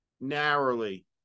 narrowly